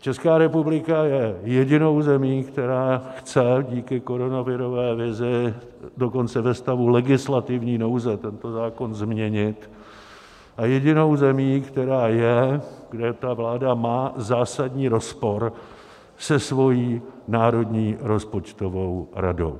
Česká republika je jedinou zemí, která chce díky koronavirové vizi dokonce ve stavu legislativní nouze tento zákon změnit, a jedinou zemí, která je, kde ta vláda má zásadní rozpor se svou národní rozpočtovou radou.